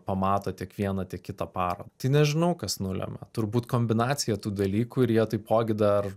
pamato tiek vieną tiek kitą parodą tai nežinau kas nulemia turbūt kombinacija tų dalykų kurie taipogi dar